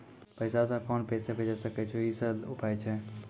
पैसा तोय PhonePe से भैजै सकै छौ? ई सरल उपाय छै?